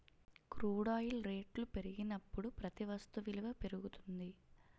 crude oil రేట్లు పెరిగినప్పుడు ప్రతి వస్తు విలువ పెరుగుతుంది